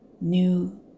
new